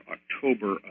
October